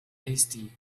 hasty